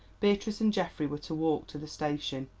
beatrice and geoffrey were to walk to the station.